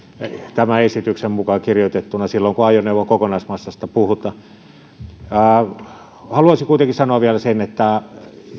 tämän esityksen mukaan kirjoitettuna siis silloin kun puhutaan ajoneuvon kokonaismassasta haluaisin kuitenkin sanoa vielä sen että